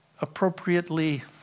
appropriately